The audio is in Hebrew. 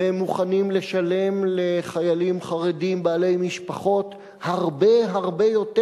והם מוכנים לשלם לחיילים חרדים בעלי משפחות הרבה הרבה יותר